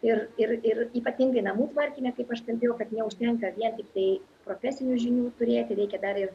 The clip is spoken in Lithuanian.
ir ir ir ypatingai namų tvarkyme kaip aš kalbėjau kad neužtenka vien tiktai profesinių žinių turėti reikia dar ir